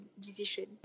decision